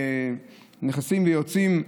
נכנסים ויוצאים,